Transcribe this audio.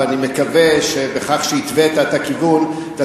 ואני מקווה שבכך שהתווית את הכיוון אתה